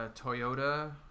Toyota